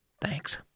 Thanks